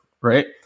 right